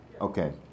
Okay